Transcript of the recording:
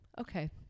Okay